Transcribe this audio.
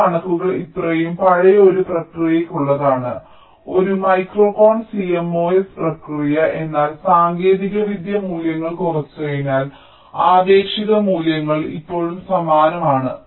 ഈ കണക്കുകൾ ഇത്രയും പഴയ ഒരു പ്രക്രിയയ്ക്കുള്ളതാണ് ഒരു മൈക്രോൺ CMOS പ്രക്രിയ എന്നാൽ സാങ്കേതികവിദ്യ മൂല്യങ്ങൾ കുറച്ചതിനാൽ ആപേക്ഷിക മൂല്യങ്ങൾ ഇപ്പോഴും സമാനമാണ്